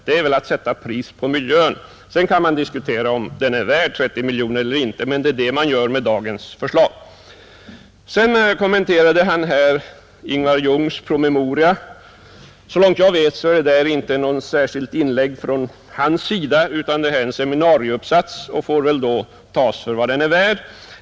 Det är väl att sätta pris på miljön? Sedan kan man diskutera om den är värd 30 miljoner kronor eller inte, och det är det vi gör i dag. Sedan kommenterade herr Regnéll Ingvar Jungs promemoria. Så långt jag vet är det inte något inlägg från hans sida utan en seminarieuppsats och den får väl då tas för vad den är värd.